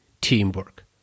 teamwork